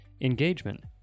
Engagement